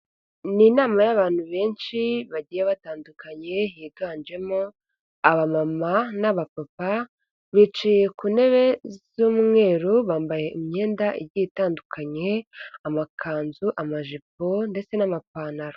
Ni inama y'abantu benshi bagiye batandukanye higanjemo, abamama n'abapapa bicaye ku ntebe z'umweru, bambaye imyenda igiye itandukanye; amakanzu, amajipo ndetse n'amapantaro.